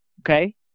okay